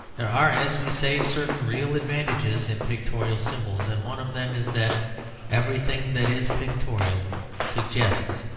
there are, as we say, certain real advantages in pictorial symbols, and one of them is that everything that is pictorial suggests,